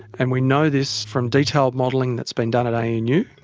and we know this from detailed modelling that's been done at anu.